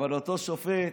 אבל אותו שופט